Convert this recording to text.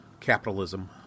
capitalism